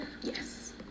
Yes